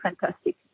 fantastic